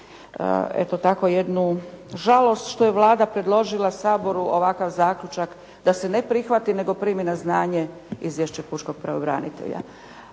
eto tako jednu žalost što je Vlada predložila Saboru ovakav zaključak da se ne prihvati, nego primi na znanje Izvješće pučkog pravobranitelja.